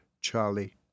Charlie